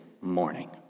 morning